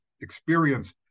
experience